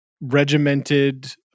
regimented